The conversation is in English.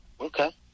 Okay